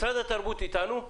משרד התרבות איתנו?